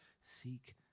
Seek